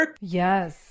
Yes